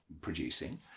producing